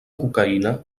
cocaïna